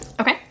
Okay